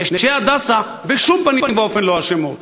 "נשות הדסה" בשום פנים ואופן לא אשמות.